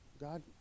God